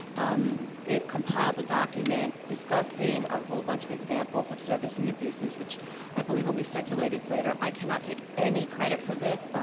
um, they've compiled a document discussing a whole bunch of examples of servicing abuses, which i believe will be circulated later. i cannot take any credit for this.